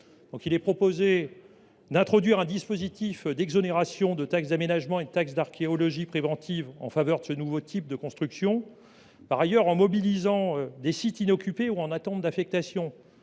vise à introduire un dispositif d’exonération de taxe d’aménagement et de taxe d’archéologie préventive en faveur de ce nouveau type de constructions. En mobilisant des sites inoccupés ou en attente d’affectation,